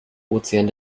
ozean